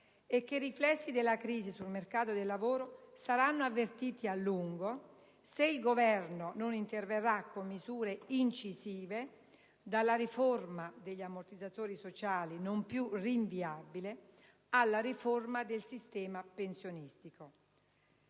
che i riflessi della crisi sul mercato del lavoro saranno avvertiti a lungo se il Governo non interverrà con misure incisive: dalla riforma degli ammortizzatori sociali, non più rinviabile, alla riforma del sistema pensionistico.